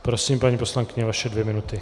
Prosím, paní poslankyně, vaše dvě minuty.